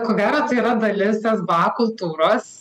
ko gero tai yra dalis sba kultūros